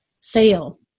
sale